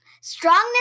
Strongness